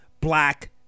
black